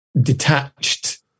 detached